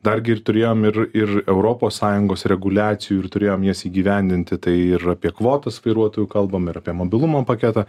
dar gi ir turėjom ir ir europos sąjungos reguliacijų ir turėjom jas įgyvendinti tai ir apie kvotas vairuotojų kalbam ir apie mobilumo paketą